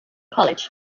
college